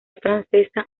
francesa